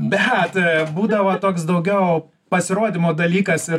bet būdavo toks daugiau pasirodymo dalykas ir